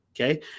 okay